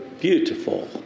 beautiful